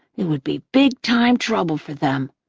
it would be big-time trouble for them.